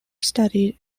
studied